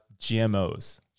GMOs